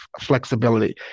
flexibility